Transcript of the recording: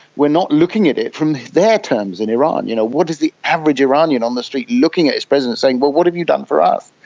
we are not looking at it from their terms in iran. you know, what does the average iranian on the street looking at this president saying, well, what have you done for us?